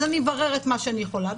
אז אני מבררת מה שאני יכולה,